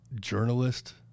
journalist